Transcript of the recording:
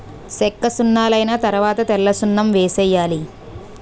సెక్కసున్నలైన తరవాత తెల్లసున్నం వేసేయాలి